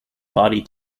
body